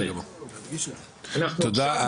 תודה.